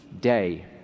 day